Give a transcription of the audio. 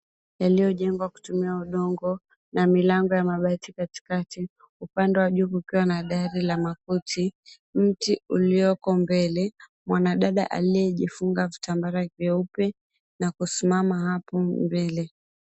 Yaliyojengwa kutumia udogo na milango ya mabati katikati, upande wa juu kukiwa na dari la makuti, mti ulioko mbele, mwanadada aliyejifunga vitambara vyeupe na kusimama hapo mbele.